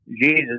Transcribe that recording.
Jesus